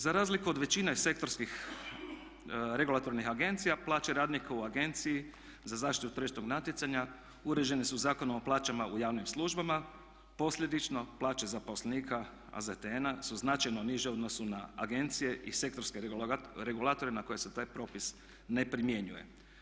Za razliku od većine sektorskih regulatornih agencija plaće radnika u Agenciji za zaštitu tržišnog natjecanja uređene su Zakonom o plaćama u javnim službama, posljedično plaće zaposlenika AZTN-a su značajno niže u odnosu na agencije i sektorske regulatore na koje se taj propis ne primjenjuje.